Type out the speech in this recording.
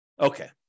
Okay